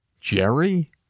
Jerry